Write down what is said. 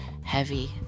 heavy